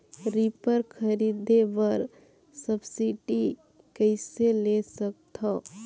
Reaper खरीदे बर subsidy कइसे ले सकथव?